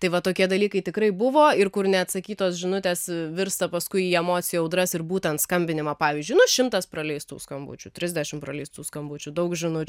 tai va tokie dalykai tikrai buvo ir kur neatsakytos žinutės virsta paskui į emocijų audras ir būtent skambinimą pavyzdžiui nuo šimtas praleistų skambučių trisdešim praleistų skambučių daug žinučių